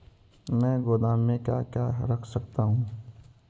मैं गोदाम में क्या क्या रख सकता हूँ?